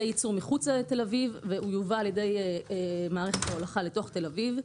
יהיה ייצור מחוץ לתל אביב והוא יובא על ידי מערכת ההולכה לתוך תל אביב.